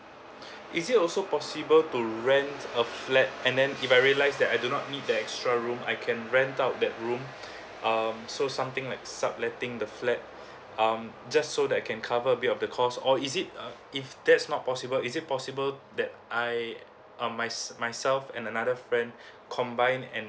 is it also possible to rent a flat and then I realize that that I do not need the extra room I can rent out that room um so something like sub letting the flat um just so that can cover a bit of the cost or is it uh if that's not possible is it possible that I um my myself and another friend combine and